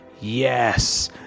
yes